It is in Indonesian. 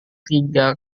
tiga